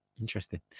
Interesting